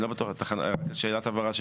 שאלת הבהרה,